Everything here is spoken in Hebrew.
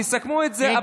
תסכמו את זה,